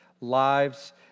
lives